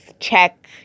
Check